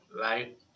right